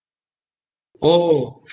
orh